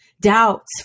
doubts